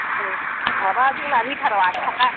औ माबा जोंना लिटाराव आसि थाखा